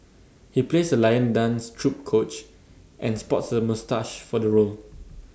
he plays A lion dance troupe coach and sports A moustache for the role